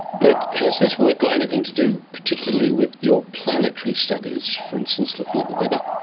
but has this work got anything to do particularly with your planetary studies, for instance looking at the weather?